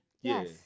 Yes